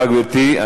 גברתי.